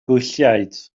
gwylliaid